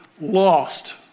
lost